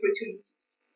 opportunities